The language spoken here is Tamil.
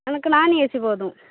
எனக்கு நான்ஏசி போதும்